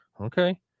Okay